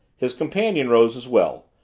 his companion rose as well,